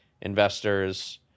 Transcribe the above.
investors